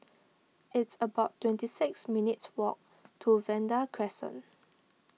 it's about twenty six minutes' walk to Vanda Crescent